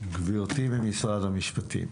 גברתי במשרד המשפטים,